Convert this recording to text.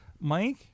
Mike